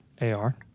AR